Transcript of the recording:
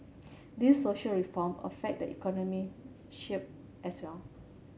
these social reform affect the economy shape as well